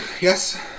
yes